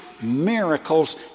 miracles